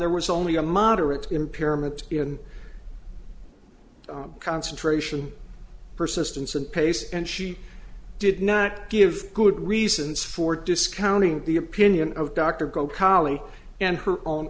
there was only a moderate impairment in concentration persistence and pace and she did not give good reasons for discounting the opinion of dr gokhale and her own